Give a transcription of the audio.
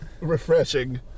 refreshing